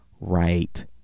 right